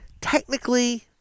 Technically